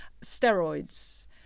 steroids